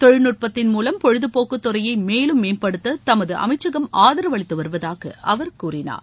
தொழில்நுட்பத்தின் மூலம் பொழுதுபோக்கு துறையை மேலும் மேம்படுத்த தமது அமைச்சகம் ஆதரவு அளித்து வருவதாக அவர் கூறினார்